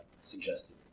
suggested